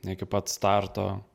iki pat starto